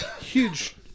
huge